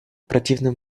противном